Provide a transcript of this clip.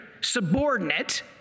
subordinate